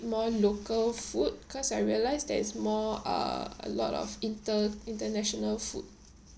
more local food cause I realise there is more uh a lot of inter~ international food